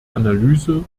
analyse